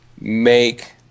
make